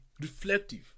reflective